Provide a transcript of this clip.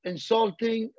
Insulting